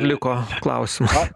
liko klausimas